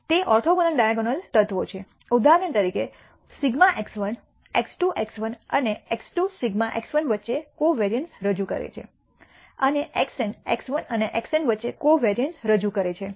તે orthogonal diagonal તત્વો છેઉદાહરણ તરીકે σ x1 x2 x1 અને x2 σ x1વચ્ચે કોવેરીઅન્સ રજૂ કરે છે અને xn x1અને xn વચ્ચે કોવેરીઅન્સ રજૂ કરે છે